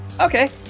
Okay